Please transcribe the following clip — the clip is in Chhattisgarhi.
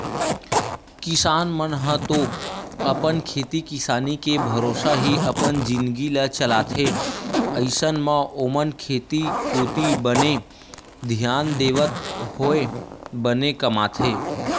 किसान मन ह तो अपन खेती किसानी के भरोसा ही अपन जिनगी ल चलाथे अइसन म ओमन खेती कोती बने धियान देवत होय बने कमाथे